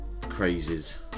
crazes